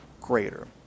greater